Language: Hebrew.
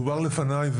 דובר לפניי,